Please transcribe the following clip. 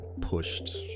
pushed